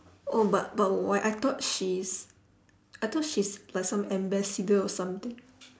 oh but but why I thought she's I thought she's like some ambassador or something